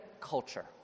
culture